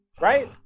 right